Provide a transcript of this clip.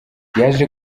yaje